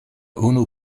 unu